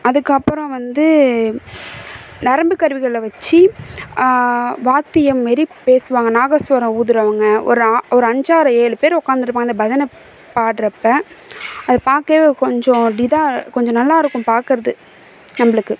அதுக்கு அப்புறம் வந்து நரம்பு கருவிகளை வச்சு வாத்தியம் மாரி பேசுவாங்க நாதஸ்வரம் ஊதுகிறவங்க ஒரு ஆ ஒரு அஞ்சாறு ஏழு பேர் உக்காந்துருப்பாங்க இந்த பஜனை பாடுறப்ப அது பார்க்கவே கொஞ்சம் இதாக கொஞ்சம் நல்லா இருக்கும் பார்க்கறது நம்மளுக்கு